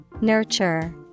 Nurture